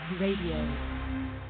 Radio